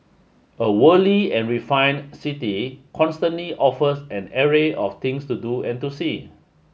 a worldly and refined city constantly offers an array of things to do and to see